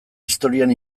historian